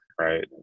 right